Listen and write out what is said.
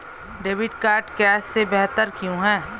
Debit card cash से बेहतर क्यों है?